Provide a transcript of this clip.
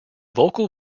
vocal